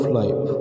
life